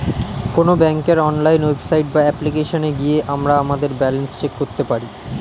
কোনো ব্যাঙ্কের online website বা অ্যাপ্লিকেশনে গিয়ে আমরা আমাদের ব্যালেন্স চেক করতে পারি